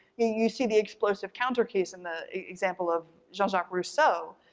you you see the explosive counter case in the example of jean-jacques rousseau,